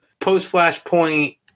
post-Flashpoint